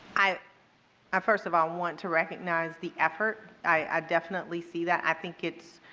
i i first of all want to recognize the effort. i definitely see that, i think it's,